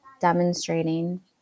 demonstrating